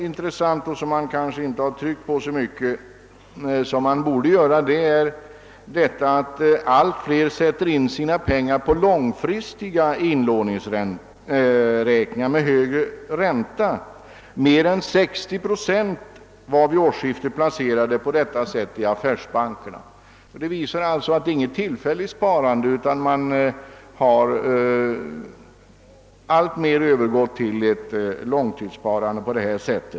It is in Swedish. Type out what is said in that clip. Vad jag dock finner intressant är att allt fler sätter in sina pengar på långfristiga inlåningsräkningar med högre ränta. Mer än 60 procent av sparandet var vid årsskiftet placerat på detta sätt i affärsbankerna. Det visar alltså att det inte är något tillfälligt sparande utan att man alltmer har övergått till ett långtidssparande på det ta sätt.